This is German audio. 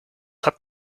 habt